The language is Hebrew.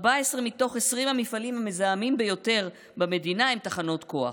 14 מתוך 20 המפעלים המזהמים ביותר במדינה הם תחנות כוח.